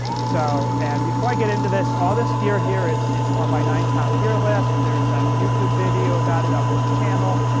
so and before i get into this, all this gear here is is on my nine pound gear list. there's a youtube video about it on this channel.